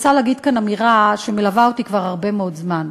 אני רוצה להגיד כאן אמירה שמלווה אותי כבר הרבה מאוד זמן: